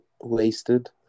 Wasted